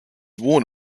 worn